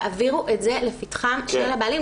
תעבירו את זה לפתחם של בעלי מועדונים